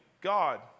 God